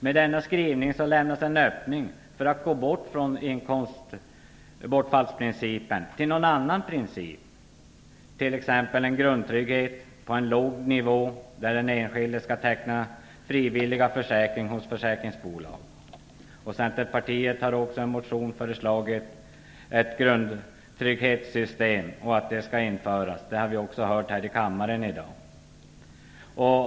Med denna skrivning lämnas en öppning för att gå från inkomstbortfallsprincipen till någon annan princip, t.ex. en grundtrygghet på låg nivå, där den enskilde skall teckna frivilliga försäkringar hos försäkringsbolag. Centerpartiet har också i en motion föreslagit att ett grundtrygghetssystem skall införas. Det har vi också hört här i kammaren i dag.